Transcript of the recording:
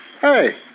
Hey